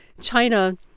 China